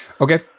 Okay